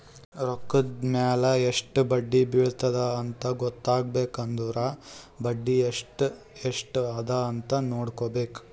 ರೊಕ್ಕಾ ಮ್ಯಾಲ ಎಸ್ಟ್ ಬಡ್ಡಿ ಬಿಳತ್ತುದ ಅಂತ್ ಗೊತ್ತ ಆಗ್ಬೇಕು ಅಂದುರ್ ಬಡ್ಡಿ ಎಸ್ಟ್ ಎಸ್ಟ್ ಅದ ಅಂತ್ ನೊಡ್ಕೋಬೇಕ್